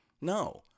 No